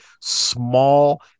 small